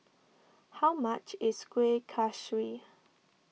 how much is Kuih Kaswi